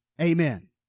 Amen